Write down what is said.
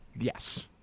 Yes